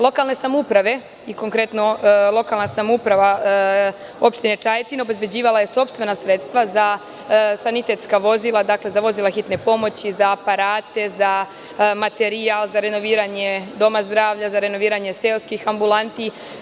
Lokalne samouprave i konkretno lokalna samouprava opštine Čajetina obezbeđivala je sopstvena sredstva za sanitetska vozila, dakle, za vozila hitne pomoći, za aparate, za materijal, za renoviranje doma zdravlja, za renoviranje seoskih ambulanti.